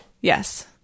yes